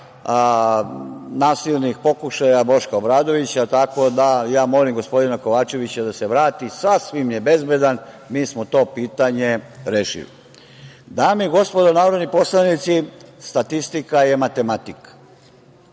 nasilnih pokušaja Boška Obradovića, tako da molim gospodina Kovačevića da se vrati. Sasvim je bezbedan. Mi smo to pitanje rešili. Dame i gospodo narodni poslanici, statistika je matematika.